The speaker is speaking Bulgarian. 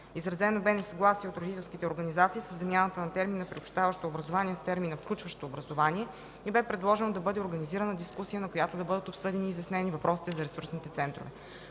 Изразено бе несъгласие от родителските организации със замяната на термина „приобщаващо образование” с термина „включващо образование” и бе предложено да бъде организирана дискусия, на която да бъдат обсъдени и изяснени въпросите за ресурсните центрове.